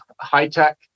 high-tech